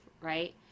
Right